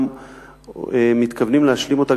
גם מתכוונים להשלים אותה,